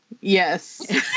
Yes